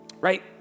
right